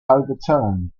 overturned